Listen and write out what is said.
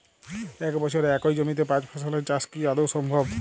এক বছরে একই জমিতে পাঁচ ফসলের চাষ কি আদৌ সম্ভব?